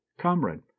comrade